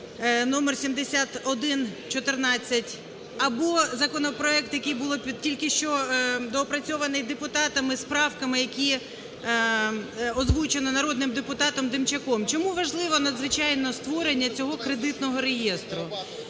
№ 7114, або законопроект, який було тільки що доопрацьований депутатами з правками, які озвучені народним депутатом Демчаком. Чому важливо надзвичайно створення цього кредитного реєстру?